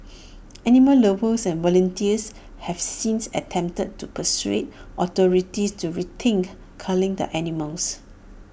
animal lovers and volunteers have since attempted to persuade authorities to rethink culling the animals